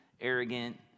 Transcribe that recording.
arrogant